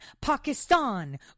Pakistan